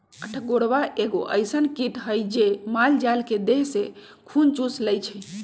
अठगोरबा एगो अइसन किट हइ जे माल जाल के देह से खुन चुस लेइ छइ